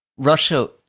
Russia